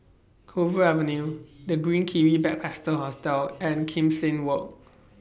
Clover Avenue The Green Kiwi Backpacker Hostel and Kim Seng Walk